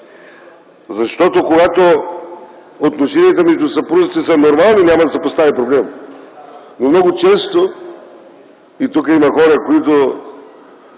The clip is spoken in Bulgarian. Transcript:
опасно. Когато отношенията между съпрузите са нормални няма да се постави проблем, но много често – тук има хора, които